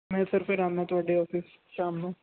ਮੈਂ ਸਰ ਫਿਰ ਆਉਂਦਾ ਤੁਹਾਡੇ ਔਫਿਸ ਸ਼ਾਮ ਨੂੰ